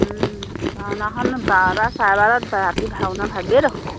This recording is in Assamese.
ভাওনাখন বাৰটা চাৰে বাৰটাত ৰাতি ভাওনা ভাগেই দেখোন